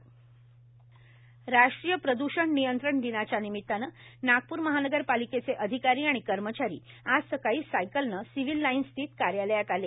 राष्ट्रीय प्रदूषण नियंत्रण दिन राष्ट्रीय प्रद्षण नियंत्रण दिनाच्या निमित्ताने नागपूर महानगरपालिकेचे अधिकारी आणि कर्मचारी आज सकाळी सायकलने सिवील लाईन्स स्थित कार्यालयात आले